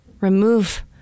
remove